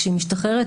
כשהיא משתחררת,